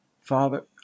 Father